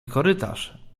korytarz